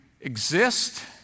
exist